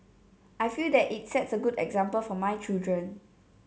I feel that it sets a good example for my children